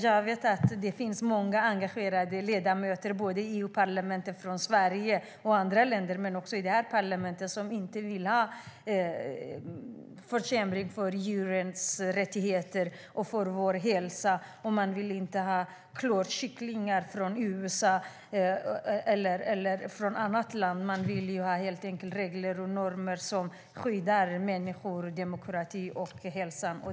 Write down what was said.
Jag vet att det finns många engagerade ledamöter både i EU-parlamentet - de är från Sverige och från andra länder - och i detta parlament som inte vill ha en försämring för djurens rättigheter eller för vår hälsa. Man vill inte ha klorkycklingar från USA eller något annat land, utan man vill helt enkelt ha regler och normer som skyddar människor, demokrati och hälsa.